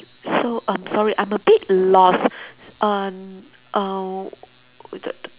so um sorry I'm a bit lost on err with the